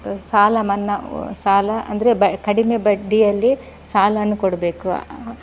ಸಾಲ ಮನ್ನಾ ಸಾಲ ಅಂದರೆ ಬ ಕಡಿಮೆ ಬಡ್ಡಿಯಲ್ಲಿ ಸಾಲನ ಕೊಡಬೇಕು